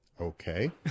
Okay